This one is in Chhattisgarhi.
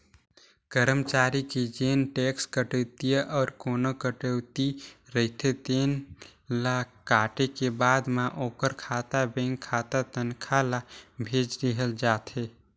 करमचारी के जेन टेक्स कटउतीए अउ कोना कटउती रहिथे तेन ल काटे के बाद म ओखर खाता बेंक खाता तनखा ल भेज देहल जाथे